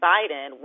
Biden